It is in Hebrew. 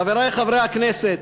חברי חברי הכנסת,